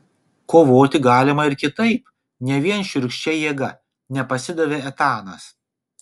kovoti galima ir kitaip ne vien šiurkščia jėga nepasidavė etanas